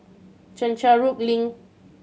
Chencharu Link